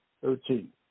Thirteen